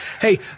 Hey